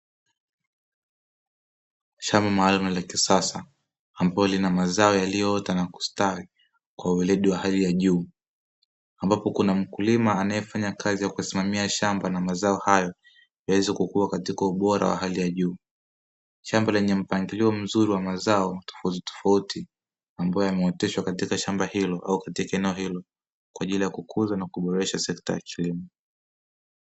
Shamba maalum la kisasa ambalo lina mazao yaliyoota na kustawi kwa weledi wa hali ya juu, ambapo kuna mkulima anayefanya kazi ya kusimamia shamba na mazao hayo yaweze kukua katika ubora wa hali ya juu, shamba lenye mpangilio mzuri wa mazao tofauti ambayo yameoteshwa katika shamba hilo au katika eneo hilo kwa ajili ya kukuza na kuboresha sekta ya kilimo.